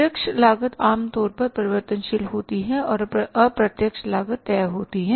प्रत्यक्ष लागत आम तौर पर परिवर्तनशील होती है और अप्रत्यक्ष लागत तय होती है